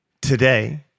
Today